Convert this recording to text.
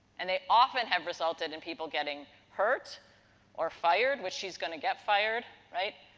and, they often have resulted in people getting hurt or fired, which she's going to get fired. right?